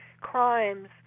crimes